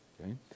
okay